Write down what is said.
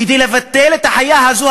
כדי לבטל את החיה הזאת,